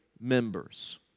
members